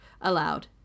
allowed